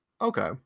Okay